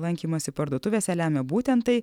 lankymąsi parduotuvėse lemia būtent tai